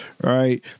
right